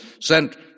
sent